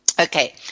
Okay